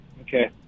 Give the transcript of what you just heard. Okay